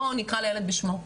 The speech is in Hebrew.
בואו נקרא לילד בשמו.